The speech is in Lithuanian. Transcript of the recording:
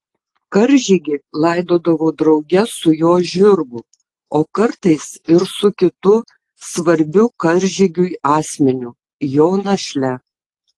karžygį laidodavo drauge su jo žirgu o kartais ir su kitu svarbiu karžygiui asmeniu jo našle